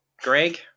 Greg